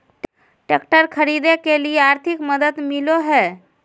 Tractor खरीदे के लिए आर्थिक मदद मिलो है?